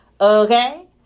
Okay